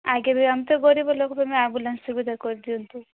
ଆଗେ ବି ଆମେ ତ ଗରିବ ଲୋକ ତମେ ଆମ୍ବୁଲାନ୍ସ୍ ସୁବିଧା କରିଦିଅନ୍ତୁ